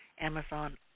Amazon